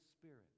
Spirit